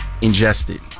ingested